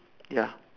ya